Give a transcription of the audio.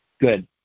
good